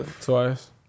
twice